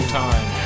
time